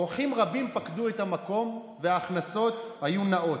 אורחים רבים פקדו את המקום, וההכנסות היו נאות.